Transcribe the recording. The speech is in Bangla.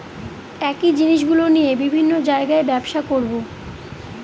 একই জিনিসগুলো নিয়ে বিভিন্ন জায়গায় ব্যবসা করবো